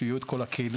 שיהיו את כל הכלים.